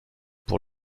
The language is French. pour